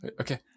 Okay